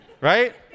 right